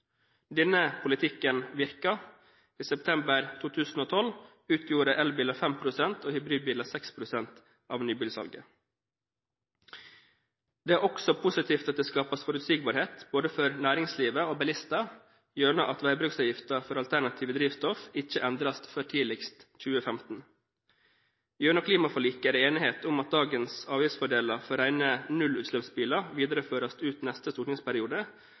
Denne politikken virker. I september 2012 utgjorde elbiler 5 pst. og hybridbiler 6 pst. av nybilsalget. Det er også positivt at det skapes forutsigbarhet, både for næringslivet og for bilistene, gjennom at veibruksavgiften for alternative drivstoff ikke endres før tidligst i 2015. Gjennom klimaforliket er det enighet om at dagens avgiftsfordeler for rene nullutslippsbiler videreføres ut neste stortingsperiode,